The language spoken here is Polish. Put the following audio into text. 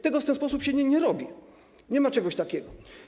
Tego w ten sposób się nie robi, nie ma czegoś takiego.